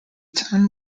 town